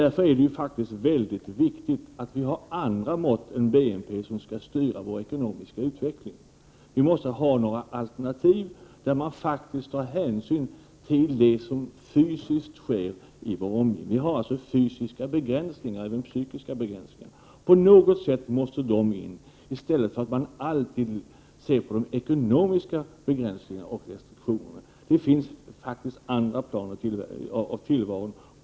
Därför är det viktigt att vi får andra mått än bruttonationalprodukten för att styra vår ekonomiska utveckling. Vi måste ha alternativ som tar hänsyn till vad som fysiskt sker i vår omgivning. Vi har fysiska och psykologiska begränsningar som måste in. Vi kan inte bara se på de ekonomiska begränsningarna — det finns faktiskt andra plan av tillvaron.